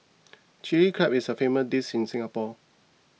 Chilli Crab is a famous dish in Singapore